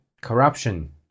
Corruption